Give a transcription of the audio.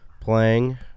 playing